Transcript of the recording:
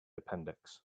appendix